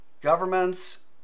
Governments